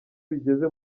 bigeze